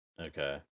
Okay